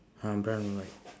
ah brown and white